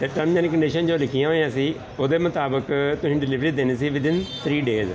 ਅਤੇ terms and condition ਜੋ ਲਿਖੀਆਂ ਹੋਈਆਂ ਸੀ ਉਹਦੇ ਮੁਤਾਬਕ ਤੁਸੀਂ ਡਿਲੀਵਰੀ ਦੇਣੀ ਸੀ ਵਿਧਇੰਨ ਥ੍ਰੀ ਡੇਜ਼